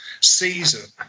season